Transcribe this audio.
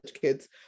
kids